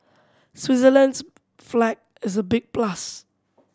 Switzerland's flag is a big plus